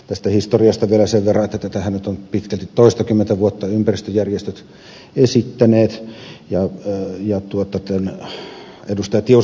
tästä historiasta vielä sen verran että tätähän nyt ovat pitkälti toistakymmentä vuotta ympäristöjärjestöt esittäneet ja tämän ed